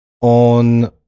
on